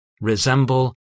resemble